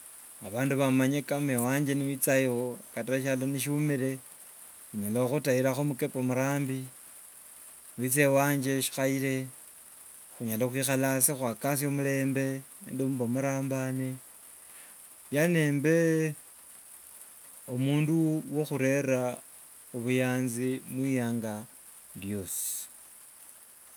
bandu bamanyi ka ewanje niwichayo kata shyalo nishumire nyala okhutairakho omukepe omurambi, wicha wanje shikhaire hunyala khwikhala asi khwakasi omurembe. yaani mbe omundu wa- khurera obuyanzi mwianga ryosi.